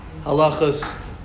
Halachas